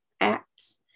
acts